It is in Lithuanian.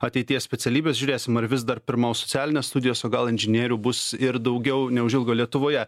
ateities specialybes žiūrėsim ar vis dar pirmaus socialinės studijos o gal inžinierių bus ir daugiau neužilgo lietuvoje